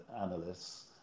analysts